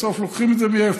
בסוף לוקחים את זה מאיפה?